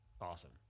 Awesome